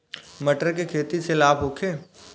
मटर के खेती से लाभ होखे?